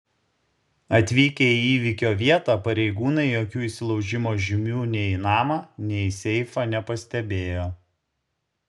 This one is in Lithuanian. atvykę į įvykio vietą pareigūnai jokių įsilaužimo žymių nei į namą nei į seifą nepastebėjo